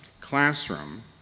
classroom